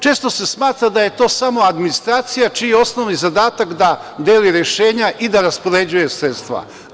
Često se smatra da je to samo administracija, čiji je osnovni zadatak da deli rešenja i da raspoređuje sredstva.